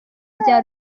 bya